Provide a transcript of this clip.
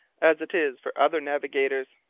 as it is for other navigators.